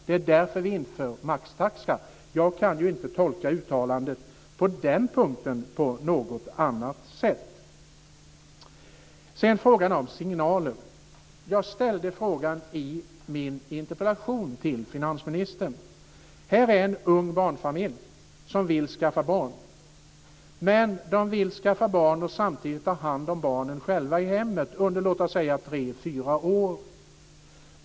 Det är därför vi inför maxtaxa. Jag kan inte tolka uttalandet på den punkten på något annat sätt. Sedan frågan om signaler. Jag ställde frågan i min interpellation till finansministern. Här är en ung barnfamilj som vill skaffa barn, men de vill skaffa barn och samtidigt ta hand om barnen själva i hemmet under, låt oss säga, tre fyra år.